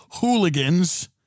hooligans